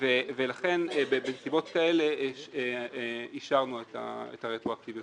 ולכן בנסיבות כאלה אישרנו את הרטרואקטיביות.